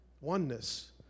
oneness